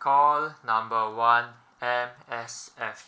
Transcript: call number one M_S_F